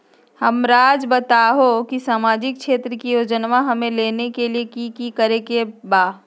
हमराज़ बताओ कि सामाजिक क्षेत्र की योजनाएं हमें लेने के लिए कि कि करे के बा?